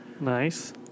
Nice